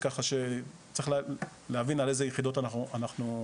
אז ככה שצריך להבין על אילו יחידות אנחנו מדברים.